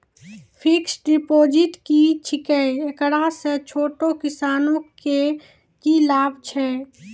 Fixed deposit की छिकै, एकरा से छोटो किसानों के की लाभ छै?